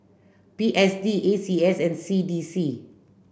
P S D A C S and C D C